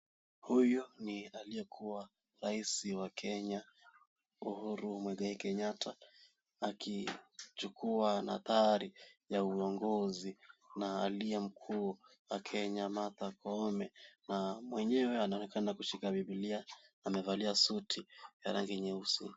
Huyu ni aliyekuwa rais wa Kenya Uhuru Muigai Kenyatta akichukua nadhari ya uongozi na aliye mkuu wa Kenya Martha Koome na mwenyewe anaonekana kushika bibilia na amevalia Suti ya rangi nyeusi.